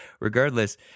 regardless